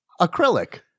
Acrylic